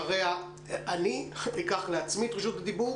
לאחר מכן אקח את רשות הדיבור.